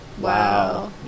Wow